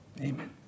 Amen